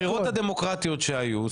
הבחירות הדמוקרטיות שהיו,